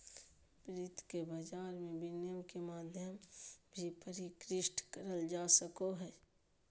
वित्त के बाजार मे विनिमय के माध्यम भी परिष्कृत करल जा सको हय